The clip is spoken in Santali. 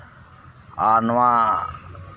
ᱟᱨ ᱱᱚᱣᱟ